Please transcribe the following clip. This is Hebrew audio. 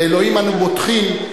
באלוהים אנו בוטחים,